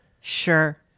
Sure